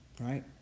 right